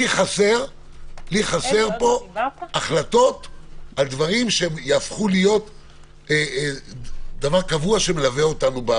לי חסר פה החלטות על דברים שיהפכו להיות דבר קבוע שמלווה אותנו.